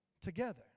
together